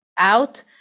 out